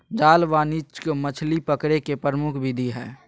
जाल वाणिज्यिक मछली पकड़े के प्रमुख विधि हइ